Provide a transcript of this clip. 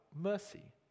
Mercy